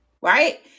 right